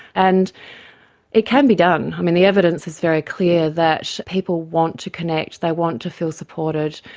and it can be done. um and the evidence is very clear that people want to connect, they want to feel supported.